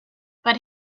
but